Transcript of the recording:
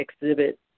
exhibit